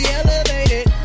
elevated